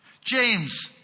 James